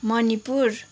Manipur